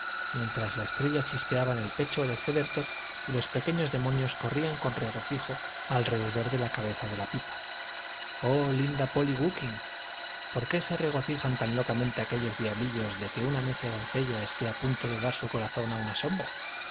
mientras la estrella chispeaba en el pecho de feathertop y los pequeños demonios corrían con regocijo más y más frenético alrededor de la cabeza de la pipa oh linda polly gookin por qué se regocijan tan locamente aquellos diablillos de que una necia doncella esté a punto de dar su corazón a una sombra